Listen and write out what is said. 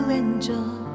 enjoy